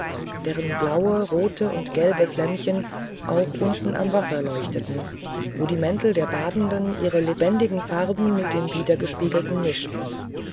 deren blaue rote und gelbe flämmchen auch unten im wasser leuchteten wo die mäntel der badenden ihre lebendigen farben mit den widergespiegelten mischten